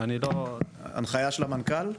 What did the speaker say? הנחייה של המנכ"ל?